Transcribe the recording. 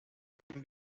están